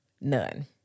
None